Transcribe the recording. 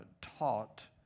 taught